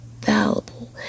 fallible